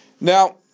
Now